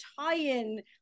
tie-in